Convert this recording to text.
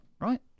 Right